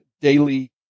daily